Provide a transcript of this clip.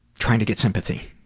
trying to get sympathy.